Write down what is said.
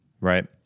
right